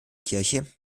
kirche